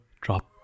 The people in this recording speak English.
Drop